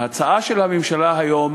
ההצעה של הממשלה היום